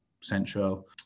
Central